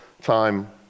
time